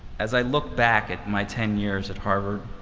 as i look back at my ten years at harvard,